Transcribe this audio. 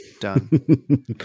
Done